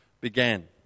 began